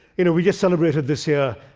you know, we just celebrated, this year,